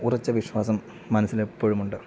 ഉറച്ച വിശ്വാസം മനസ്സിൽ എപ്പോഴുമുണ്ട്